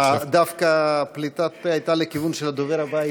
דווקא פליטת הפה הייתה לכיוון של הדובר הבא,